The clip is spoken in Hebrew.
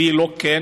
והיא לא כך,